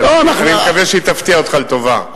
אבל אני מקווה שהיא תפתיע אותך לטובה.